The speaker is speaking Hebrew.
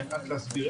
אני חייב להסביר,